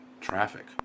traffic